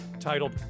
titled